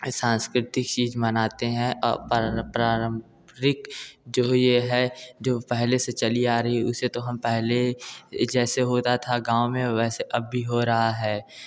सांस्कृतिक चीज़ मनाते हैं पारम्परिक जो भी यह है जो पहले से चली आ रही है उसे तो हम पहले जैसे होता था गाँव में वैसे अब भी हो रहा है